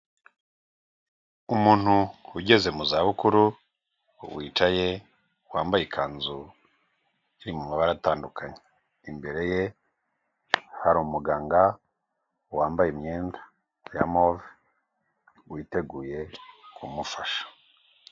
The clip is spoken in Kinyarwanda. Umuntu ugeze mu za bukuru wicaye wambaye ikanzu iri mu mabara atandukanye, imbere ye hari umuganga wambaye imyenda ya move witeguye kumufasha.